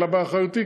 אלא באחריותי,